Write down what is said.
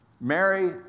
Mary